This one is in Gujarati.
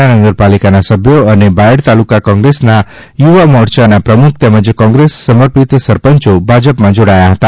ના નગરપાલિકાના સભ્યો અને બાયડ તાલુકા કોંગ્રેસના યુવા મોરચા પ્રમુખ તેમજ કોંગ્રેસ સમર્પિત સરપંચો ભાજપામાં જોડાયા હતા